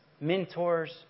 mentors